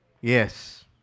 Yes